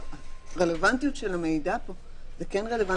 אבל הרלוונטיות של המידע פה היא כן רלוונטית